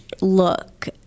look